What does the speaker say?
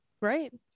Right